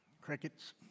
Crickets